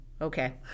okay